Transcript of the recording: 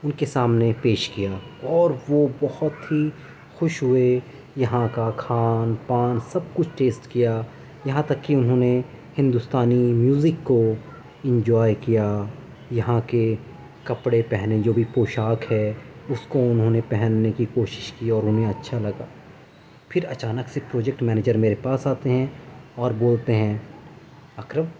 ان کے سامنے پیش کیا اور وہ بہت ہی خوش ہوئے یہاں کا کھان پان سب کچھ ٹیسٹ کیا یہاں تک کہ انہوں نے ہندوستانی میوزک کو انجوائے کیا یہاں کے کپڑے پہنے جو بھی پوشاک ہے اس کو انہوں نے پہننے کی کوشش کی اور انہیں اچھا لگا پھر اچانک سے پروجیکٹ منیجر میرے پاس آتے ہیں اور بولتے ہیں اکرم